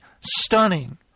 stunning